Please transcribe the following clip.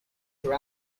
your